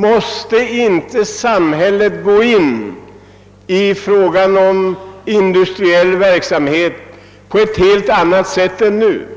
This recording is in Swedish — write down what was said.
Måste inte samhället gå in i den industriella verksamheten på ett helt annat sätt än hittills?